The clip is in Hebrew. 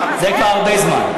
זה כבר הרבה זמן.